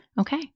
Okay